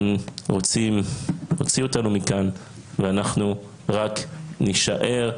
רוצים להוציא אותנו מכאן ואנחנו רק נישאר,